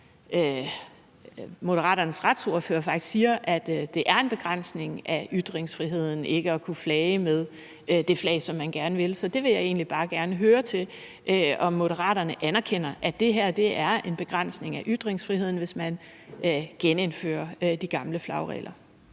Moderaternes retsordfører faktisk siger, at det er en begrænsning af ytringsfriheden ikke at kunne flage med det flag, som man gerne vil. Så der vil jeg egentlig bare gerne høre, om Moderaterne anerkender, at det er en begrænsning af ytringsfriheden, hvis man genindfører de gamle flagregler.